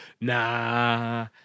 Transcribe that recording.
nah